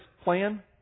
plan